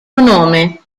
nome